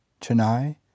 Chennai